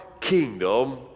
kingdom